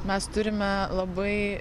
mes turime labai